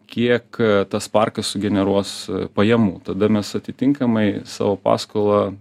kiek tas parkas sugeneruos pajamų tada mes atitinkamai savo paskolą